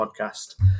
podcast